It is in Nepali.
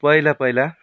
पहिला पहिला